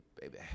baby